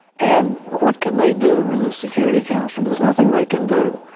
and what can they do in the security council? there's nothing they can do.